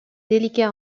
délicat